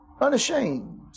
Unashamed